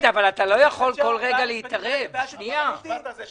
שאמרת ונעשה